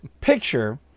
picture